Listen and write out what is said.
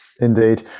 Indeed